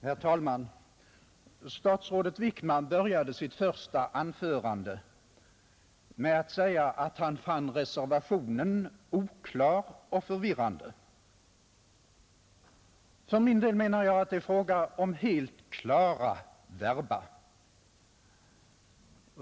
Herr talman! Statsrådet Wickman började sitt första anförande med att säga att han fann reservationen oklar och förvirrande. För min del menar jag att det är fråga om helt klara verba.